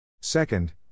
Second